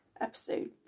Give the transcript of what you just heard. episode